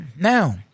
Now